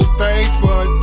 thankful